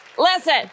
Listen